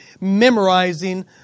memorizing